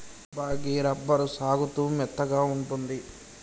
అబ్బా గీ రబ్బరు సాగుతూ మెత్తగా ఉంటుంది